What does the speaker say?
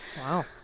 wow